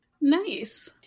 Nice